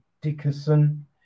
Dickerson